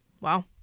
Wow